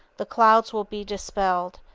the clouds will be dispelled,